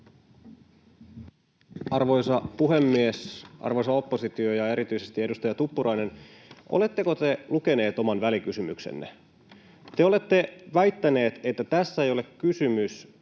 Arvoisa puhemies! Arvoisa oppositio ja erityisesti edustaja Tuppurainen, oletteko te lukeneet oman välikysymyksenne? Te olette väittäneet, että tässä ei ole kysymys